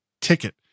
ticket